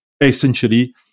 Essentially